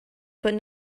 but